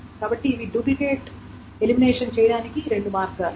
కాబట్టి ఇవి duplicate elimination చేయటానికి రెండు మార్గాలు